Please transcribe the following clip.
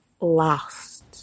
last